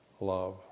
love